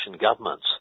governments